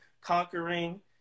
conquering